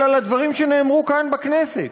אלא לדברים שנאמרו כאן בכנסת,